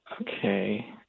Okay